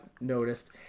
noticed